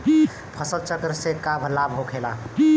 फसल चक्र से का लाभ होखेला?